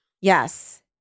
Yes